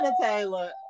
Taylor